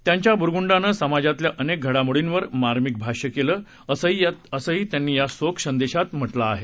त्यांच्या बुसुंडानं समाजातल्या अनेक घडामोडींवर मार्मिक भाष्य केलं असंही त्यांनी या शोक संदेशात म्हटलं आहे